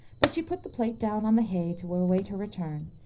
but she put the plate down on the hay to await her return,